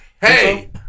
Hey